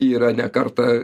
yra ne kartą